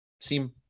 Seem